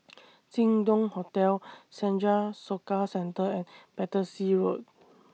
Jin Dong Hotel Senja Soka Centre and Battersea Road